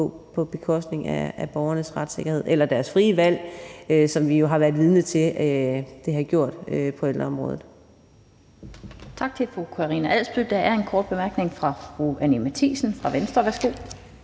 på bekostning af borgernes retssikkerhed eller deres frie valg, hvilket vi jo har været vidne til er sket på ældreområdet. Kl. 15:42 Den fg. formand (Annette Lind): Tak til fru Karina Adsbøl. Der er en kort bemærkning fra fru Anni Matthiesen fra Venstre. Værsgo.